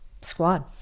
Squad